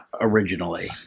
originally